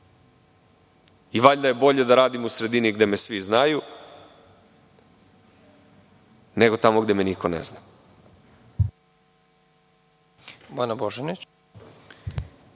Valjda je bolje da radim u sredini gde me svi znaju, nego tamo gde me niko ne zna.